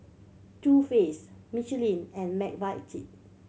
Too Faced Michelin and McVitie